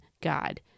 God